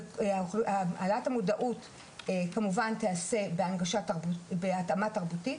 והעלאת המודעות כמובן תעשה בהתאמה תרבותית,